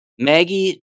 Maggie